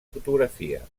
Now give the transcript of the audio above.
fotografia